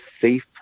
safe